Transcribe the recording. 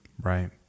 Right